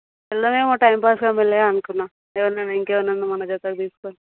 వెళ్దాం ఏమో టైంపాస్గా మెల్లగా అనుకున్న ఎవరినన్నా ఇంకా ఎవరినన్నా మెల్లగా జతగా తీసుకొని